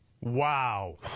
Wow